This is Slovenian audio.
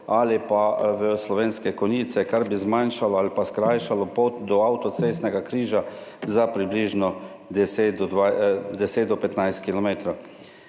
ali pa v Slovenske Konjice, kar bi skrajšalo pot do avtocestnega križa za približno 10 do 15 kilometrov.